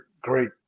great